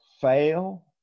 fail